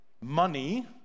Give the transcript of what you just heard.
money